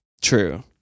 True